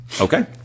Okay